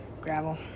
gravel